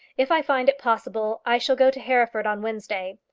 if i find it possible, i shall go to hereford on wednesday.